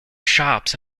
shops